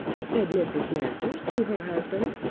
said mrs. masters to her husband.